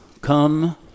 come